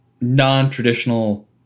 non-traditional